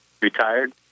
Retired